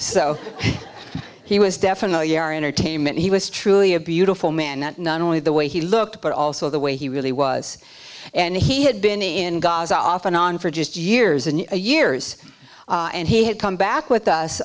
so he was definitely our entertainment he was truly a beautiful man that not only the way he looked but also the way he really was and he had been in gaza off and on for just years and years and he had come back with us